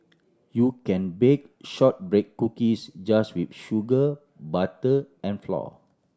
you can bake shortbread cookies just with sugar butter and flour